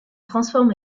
transforme